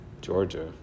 Georgia